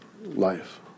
life